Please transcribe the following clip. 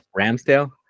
Ramsdale